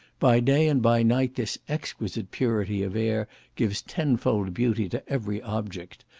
by day and by night this exquisite purity of air gives tenfold beauty to every object.